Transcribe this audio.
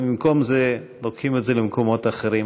ובמקום זה לוקחים את זה למקומות אחרים.